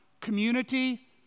community